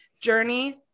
journey